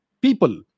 people